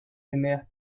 aimèrent